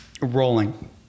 rolling